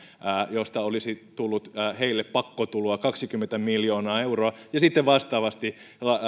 josta olisi tullut heille pakkotuloa kaksikymmentä miljoonaa euroa ja sitten vastaavasti